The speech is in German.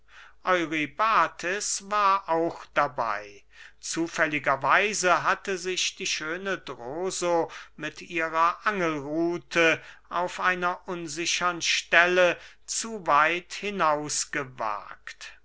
war auch dabey zufälliger weise hatte sich die schöne droso mit ihrer angelruthe auf einer unsichern stelle zu weit hinaus gewagt